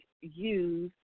use